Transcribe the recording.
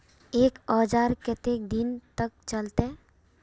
एक औजार केते दिन तक चलते?